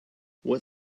what